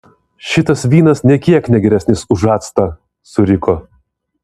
šitas vynas nė kiek ne geresnis už actą suriko